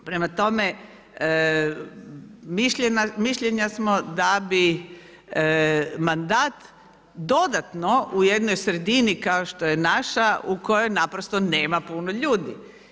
Prema tome, mišljenja smo da bi mandat dodatno u jednoj sredini kao što je naša u kojoj naprosto nema puno ljudi.